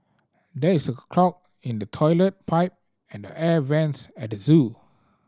there is a clog in the toilet pipe and the air vents at the zoo